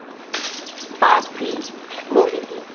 বাগদি প্রভৃতি